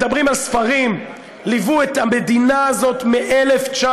מדברים על ספרים, ליוו את המדינה הזאת מ-1936.